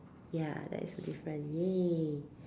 ya that is a different !yay!